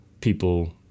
people